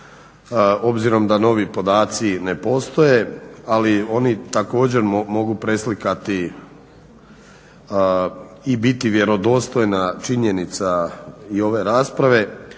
obzirom da novi podaci ne postoje ali oni također mogu preslikati i biti vjerodostojna činjenica i ove rasprave.